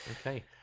okay